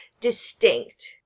distinct